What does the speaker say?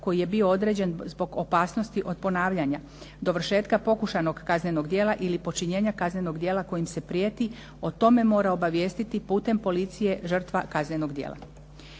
koji je bio određen zbog opasnosti od ponavljanja, dovršetka pokušajnog kaznenog djela ili počinjenja kaznenog djela kojim se prijeti o tome mora obavijestiti putem policije žrtva kaznenog djela.